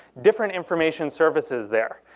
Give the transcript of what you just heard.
different information surfaces there.